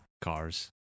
cars